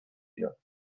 بیاد